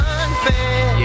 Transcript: unfair